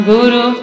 Guru